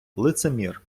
лицемір